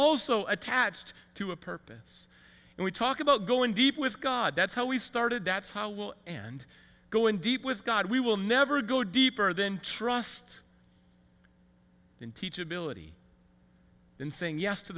also attached to a purpose and we talk about going deep with god that's how we started that's how we'll and going deep with god we will never go deeper than trust and teach ability in saying yes to